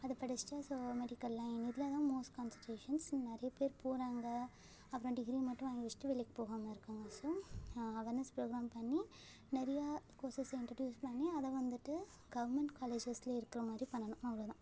அதை படிச்சிட்டு so medical line இதில் தான் மோஸ்ட் கான்சன்ட்ரேஷன்ஸ் நிறையப் பேர் போகிறாங்க அப்புறம் டிகிரி மட்டும் வாங்கி வச்சிட்டு வேலைக்குப் போகாமல் இருக்காங்கள் ஸோ அவார்னஸ் ப்ரோக்ராம் பண்ணி நிறையா கோர்ஸஸ் இன்ட்ரடியூஸ் பண்ணி அதை வந்துட்டு கவுர்மெண்ட் காலேஜஸ்லையே இருக்கிற மாதிரி பண்ணணும் அவ்வளோ தான்